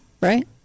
right